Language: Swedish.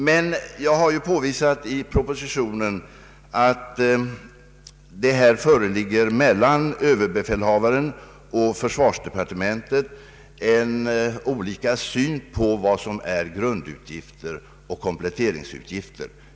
Men jag har ju påvisat i propositionen att överbefälhavaren och försvarsdepartementet har olika syn på vad som är grundutgifter och kompletteringsutgifter.